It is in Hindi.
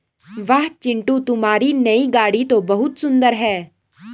वाह चिंटू तुम्हारी नई गाड़ी तो बहुत सुंदर है